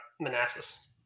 Manassas